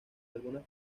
algunas